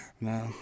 No